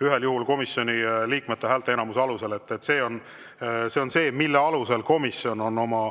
ühel juhul [tehti otsus] komisjoni liikmete häälteenamuse alusel. See on see, mille alusel komisjon on oma